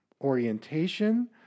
orientation